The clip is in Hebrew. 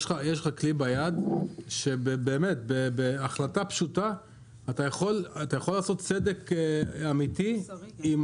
יש לך כלי ביד שבאמת בהחלטה פשוטה אתה יכול לעשות צדק אמיתי עם